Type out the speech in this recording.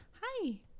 Hi